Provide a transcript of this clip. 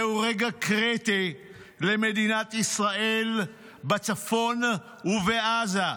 זהו רגע קריטי למדינת ישראל בצפון ובעזה.